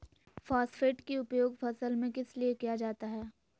Phosphate की उपयोग फसल में किस लिए किया जाता है?